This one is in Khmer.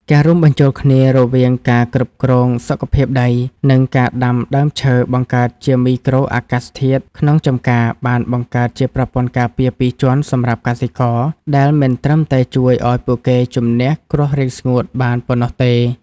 ការរួមបញ្ចូលគ្នារវាងការគ្រប់គ្រងសុខភាពដី និងការដាំដើមឈើបង្កើតជាមីក្រូអាកាសធាតុក្នុងចម្ការ បានបង្កើតជាប្រព័ន្ធការពារពីរជាន់សម្រាប់កសិករ ដែលមិនត្រឹមតែជួយឱ្យពួកគេជម្នះគ្រោះរាំងស្ងួតបានប៉ុណ្ណោះទេ។